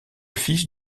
fils